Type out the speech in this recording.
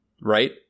right